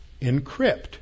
encrypt